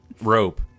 rope